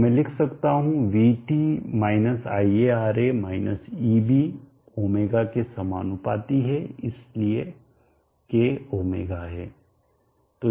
तो मैं लिख सकता हूं vt - ia Ra minus eb ω के समानुपाती है इसलिए k ω है